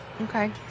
Okay